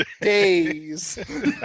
Days